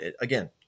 again